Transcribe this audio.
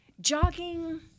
jogging